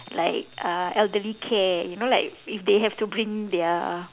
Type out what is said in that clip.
like uh elderly care you know like if they have to bring their